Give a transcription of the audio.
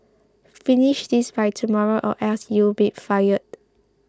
finish this by tomorrow or else you'll be fired